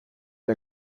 der